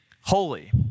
holy